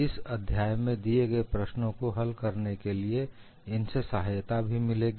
इस अध्याय में दिये गए प्रश्नों को हल करने के लिए इनसे सहायता भी मिलेगी